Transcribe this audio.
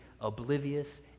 oblivious